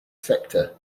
sector